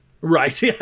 right